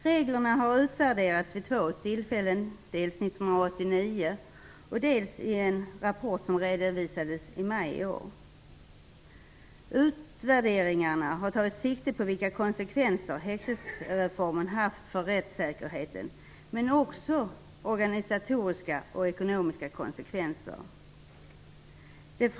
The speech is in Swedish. Reglerna har utvärderats vid två tillfällen; dels 1989, dels i en rapport som redovisades i maj i år. Utvärderingarna har tagit sikte på vilka konsekvenser häktningsreformen haft för rättssäkerheten men också på organisatoriska och ekonomiska konsekvenser.